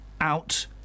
out